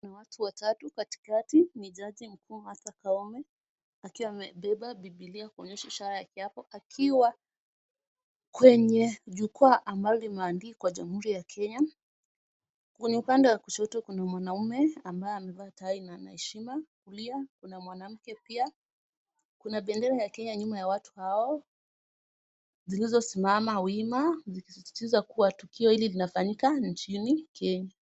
Watu watatau katikati ni jaji mkuu Martha Koome akiwa amepepa bibilia kuonyesha ishara kiapo akiwa, kwenye jukuwa ambalo imeandikwa kwa jamuhuri ya Kenya. Kwenye upande wa kushoto kuna mwanaume ambaye amevaa tai na anaheshima, Kulia kuna mwanamke pia, kuna pendera ya Kenya kwenye nyuma ya watu hao, zilizo simama wima zikizitiza kuwa tukio hili linafanyika njini Kenya.